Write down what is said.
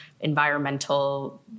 environmental